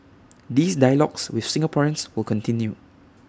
these dialogues with Singaporeans will continue